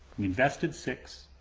we invested six.